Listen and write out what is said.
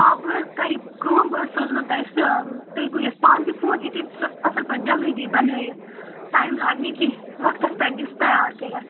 آ بہٕ حظ کَرٕ یہِ کٲم بہٕ حظ سوزنَو تۄہہِ سُہ تُہۍ کٔرِو پانہٕ تہِ فون یُتھ اَسہِ سُہ اصل پٲٹھۍ جلدی دِی بَنٲوِتھ ٹایم لاگہِ نہٕ کیٚنٛہہ وَقتس پٮ۪ٹھ دِی سُہ تیار کٔرِتھ